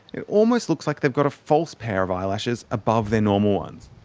it almost looks like they've got a false pair of eyelashes above their normal ones.